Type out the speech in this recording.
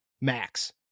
max